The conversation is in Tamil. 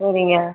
சரிங்க